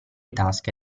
tasche